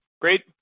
great